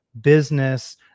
business